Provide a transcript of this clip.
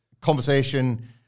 conversation